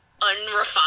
unrefined